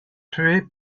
tué